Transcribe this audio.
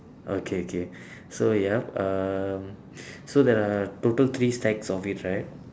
okay K so ya um so there are total three stacks of each right